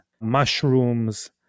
mushrooms